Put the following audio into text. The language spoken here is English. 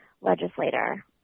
legislator